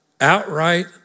outright